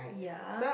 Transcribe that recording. ya